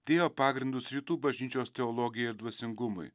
dėjo pagrindus rytų bažnyčios teologijai ir dvasingumui